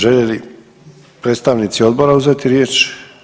Žele li predstavnici odbora uzeti riječ?